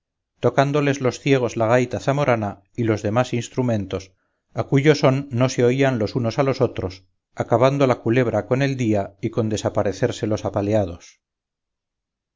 tocándoles los ciegos la gaita zamorana y los demás instrumentos a cuyo son no se oían los unos a los otros acabando la culebra con el día y con desaparecerse los apaleados